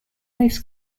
most